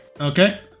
Okay